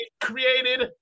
created